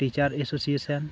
teacher association